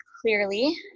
clearly